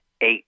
eight